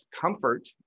comfort